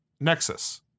Nexus